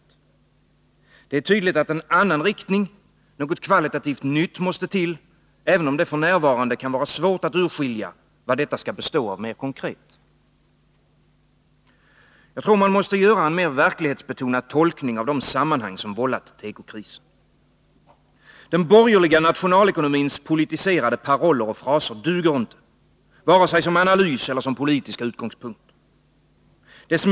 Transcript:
Det är tydligt att en annan riktning, något kvalitativt nytt, måste till, även om det f. n. är svårt 15 att urskilja vad detta mer konkret skall bestå av. Jag tror att man måste göra en mer verklighetsbetonad tolkning av de sammanhang som vållat tekokrisen. Den borgerliga nationalekonomins politiserade paroller och fraser duger inte, varken som analys eller som politiska utgångspunkter.